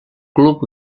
club